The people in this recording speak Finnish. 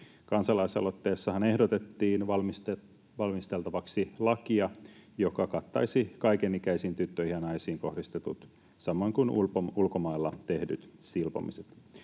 Kansalaisaloitteessahan ehdotettiin valmisteltavaksi lakia, joka kattaisi kaiken ikäisiin tyttöihin ja naisiin kohdistetut, samoin kuin ulkomailla tehdyt, silpomiset.